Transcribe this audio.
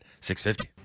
650